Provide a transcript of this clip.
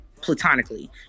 platonically